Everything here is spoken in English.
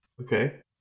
okay